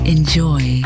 Enjoy